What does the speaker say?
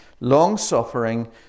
long-suffering